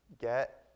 get